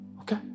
Okay